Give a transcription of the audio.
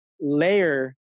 layer